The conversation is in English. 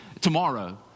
tomorrow